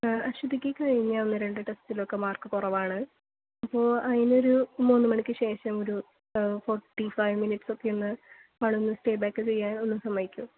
അശ്വതിക്ക് കഴിഞ്ഞ ഒന്നുരണ്ട് ടെസ്റ്റിലൊക്കെ മാർക്ക് കുറവാണ് അപ്പോൾ അതിനൊരു മൂന്ന് മണിക്ക് ശേഷം ഒരു ഫോർട്ടി ഫൈവ് മിനിറ്റ്സ് ഒക്കെയൊന്ന് അവളെ ഒന്ന് സ്റ്റേ ബാക്ക് ചെയ്യാൻ ഒന്ന് സമ്മതിക്കുമോ